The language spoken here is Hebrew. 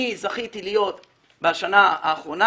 בשנה האחרונה,